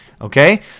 Okay